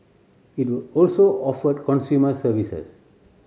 it will also offer consumer services